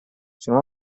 sono